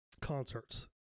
concerts